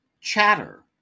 Chatter